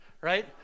right